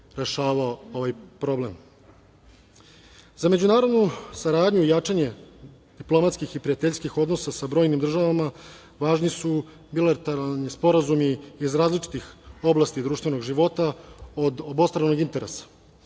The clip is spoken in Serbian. međunarodnu saradnju i jačanje diplomatskih i prijateljskih odnosa sa brojnim državama važni su bilateralni sporazumi iz različitih oblasti društvenog života od obostranog